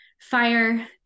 fire